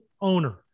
owner